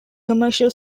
commercial